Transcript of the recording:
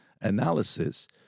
analysis